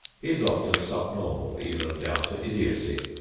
he is often subnormal even down to idiocy.